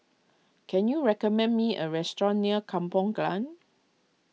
can you recommend me a restaurant near Kampong Glam